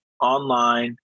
online